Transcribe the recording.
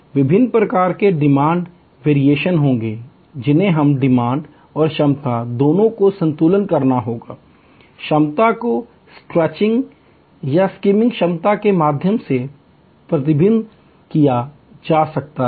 विभिन्न प्रकार के मांग में बदलाव डिमांड वेरिएशन होंगे जिन्हें हमें डिमांड और क्षमता दोनों को संतुलित करना होगा क्षमता को खिंचाव स्ट्रेचिंग या ग़ोता सिंकिंग क्षमता के माध्यम से प्रबंधित किया जा सकता है